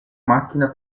macchina